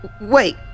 Wait